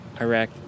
Iraq